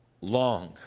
long